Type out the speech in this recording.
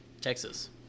Texas